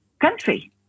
country